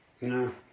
No